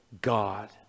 God